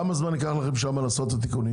כמה זמן ייקח לכם שם לעשות את התיקונים?